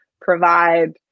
provide